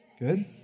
Good